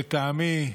לטעמי,